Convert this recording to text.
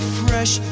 fresh